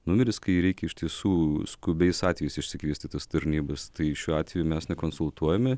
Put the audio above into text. numeris kai reikia iš tiesų skubiais atvejais išsikvieti tas tarnybos tai šiuo atveju mes nekonsultuojame